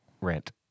Rent